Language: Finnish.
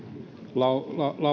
lausuma